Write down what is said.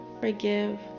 forgive